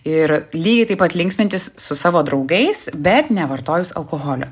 ir lygiai taip pat linksmintis su savo draugais bet nevartojus alkoholio